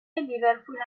لیورپول